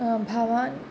भवान्